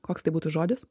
koks tai būtų žodis